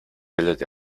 bildet